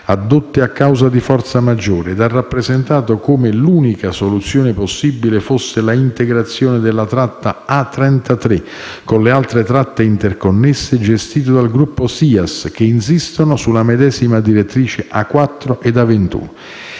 addotte a cause di forza maggiore e ha rappresentato come l'unica soluzione possibile fosse l'integrazione della tratta A33 con le altre tratte interconnesse gestite dal gruppo SIAS, che insistono sulla medesima direttrice A4 e A21.